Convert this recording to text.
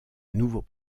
nouveaux